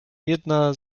jedna